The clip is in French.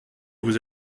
vous